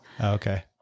Okay